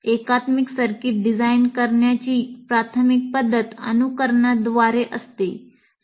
एकात्मिक circuit design करण्याची प्राथमिक पद्धत अनुकरणद्वारे असते